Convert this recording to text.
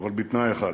אבל בתנאי אחד: